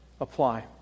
apply